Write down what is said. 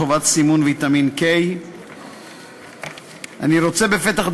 (חובת סימון ויטמין K). אני רוצה בפתח